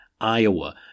Iowa